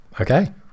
Okay